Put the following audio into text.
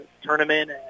tournament